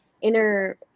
inner